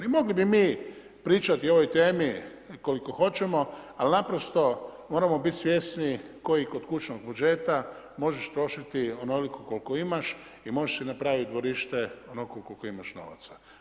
I mogli bi mi pričati o ovoj temi koliko hoćemo ali naprosto moramo biti svjesni kao i kod kućnog budžeta, možeš trošiti onoliko koliko imaš i možeš si napraviti dvorište onoliko koliko imaš novaca.